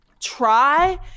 Try